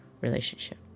relationship